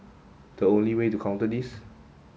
the only way to counter this